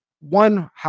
One